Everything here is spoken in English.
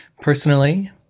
personally